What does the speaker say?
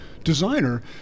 designer